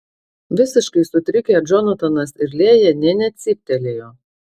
visiškai sutrikę džonatanas ir lėja nė necyptelėjo